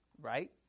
right